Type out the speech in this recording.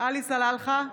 עלי סלאלחה,